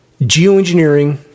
Geoengineering